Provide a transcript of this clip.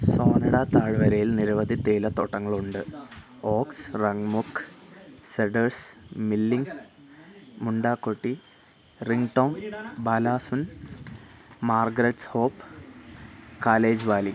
സോനഡ താഴ്വരയിൽ നിരവധി തേയിലത്തോട്ടങ്ങളുണ്ട് Oaks Rungmook Cedars Milling Mundakotee Ringtong Balasun Margaret's Hope Kalej Valley